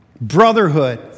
brotherhood